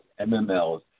MMLs